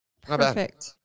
Perfect